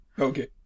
Okay